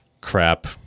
crap